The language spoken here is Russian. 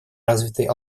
развитой